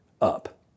up